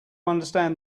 understand